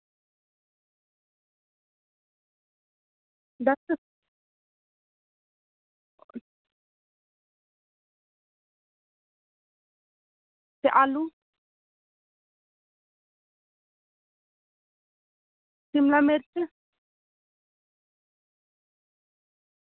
बस ते आलू शिमला मिर्च